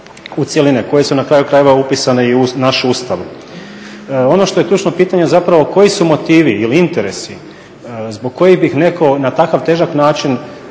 u cjelini koje su na kraju krajeva upisane i u naš Ustav. Ono što je ključno pitanje, zapravo koji su motivi ili interesi zbog kojih bi netko na takav težak način